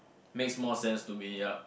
makes more sense to me yup